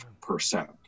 percent